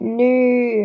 new